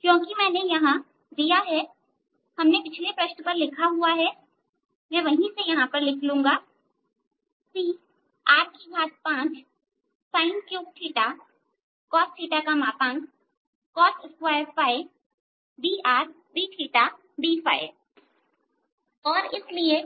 क्योंकि मैंने यहां दिया है हमने पिछले पृष्ठ पर लिखा हुआ है मैं वहां से यहां पर नकल कर लूंगाCr5sin3cos cos2 dR dθ dϕऔर इसलिए